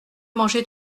manger